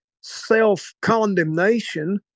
self-condemnation